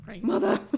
Mother